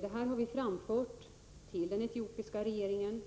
Det har vi framfört till den etiopiska regeringen.